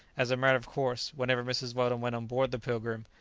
as a matter of course whenever mrs. weldon went on board the pilgrim,